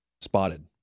spotted